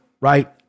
right